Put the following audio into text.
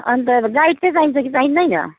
अन्त अब गाइड चाहिँ चाहिन्छ कि चाहिँदैन